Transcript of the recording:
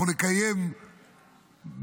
אנחנו נקיים במהירות,